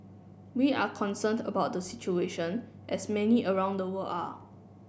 we are concerned about the situation as many around the world are